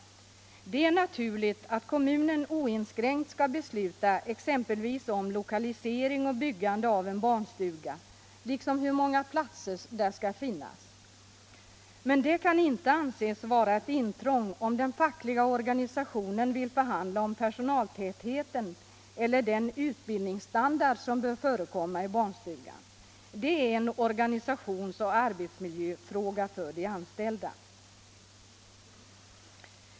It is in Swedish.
Enligt honom är det naturligt att kommunen oinskränkt skall besluta exempelvis om lokalisering och byggande av en barnstuga eller om hur många platser en sådan skall ha. Men det kan inte anses vara ett intrång, om den fackliga organisationen vill för handla om personaltätheten eller den utbildningsstandard som bör förekomma i barnstugan, eftersom frågan är att betrakta som en organisationsoch arbetsmiljöfråga för de anställda.